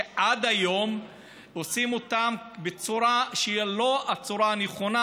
שעד היום עושים אותם בצורה שהיא לא הצורה הנכונה,